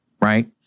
right